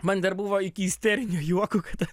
man dar buvo iki isterinio juoko kad